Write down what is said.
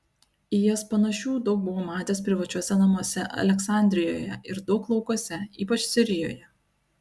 į jas panašių daug buvau matęs privačiuose namuose aleksandrijoje ir daug laukuose ypač sirijoje